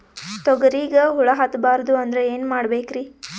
ತೊಗರಿಗ ಹುಳ ಹತ್ತಬಾರದು ಅಂದ್ರ ಏನ್ ಮಾಡಬೇಕ್ರಿ?